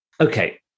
Okay